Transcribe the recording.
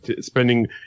spending –